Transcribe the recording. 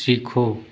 सीखो